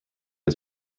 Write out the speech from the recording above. its